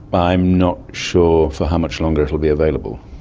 i'm not sure for how much longer it will be available.